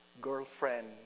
girlfriend